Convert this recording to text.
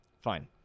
Fine